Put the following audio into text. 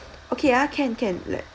okay ah can can let